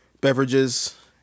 beverages